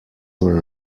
were